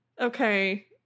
Okay